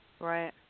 Right